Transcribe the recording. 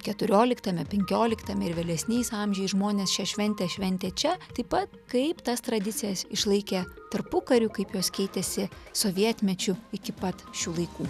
keturioliktame penkioliktame ir vėlesniais amžiais žmonės šią šventę šventė čia taip pat kaip tas tradicijas išlaikė tarpukariu kaip jos keitėsi sovietmečiu iki pat šių laikų